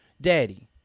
daddy